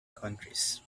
countries